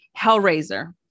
Hellraiser